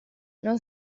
non